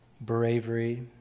bravery